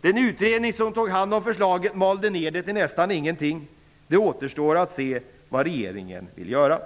Den utredning som tog hand om förslaget malde ner det till nästan ingenting. Det återstår att se vad regeringen vill göra.